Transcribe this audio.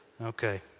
Okay